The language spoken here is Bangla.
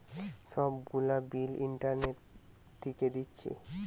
সব গুলা বিল ইন্টারনেট থিকে দিচ্ছে